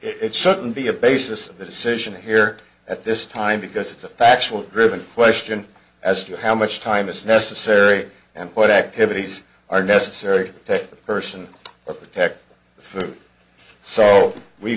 certain be a basis of the decision here at this time because it's a factual driven question as to how much time is necessary and what activities are necessary to the person or protect the so we